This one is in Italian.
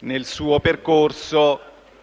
nel suo percorso